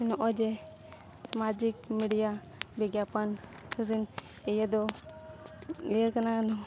ᱱᱚᱜᱼᱚᱸᱭ ᱡᱮ ᱥᱟᱢᱟᱡᱤᱠ ᱢᱤᱰᱤᱭᱟ ᱵᱤᱜᱽᱜᱟᱯᱚᱱ ᱤᱭᱟᱹ ᱫᱚ ᱤᱭᱟᱹ ᱠᱟᱱᱟ